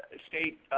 ah state